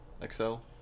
excel